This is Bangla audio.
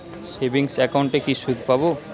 সেভিংস একাউন্টে কি সুদ পাব?